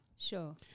Sure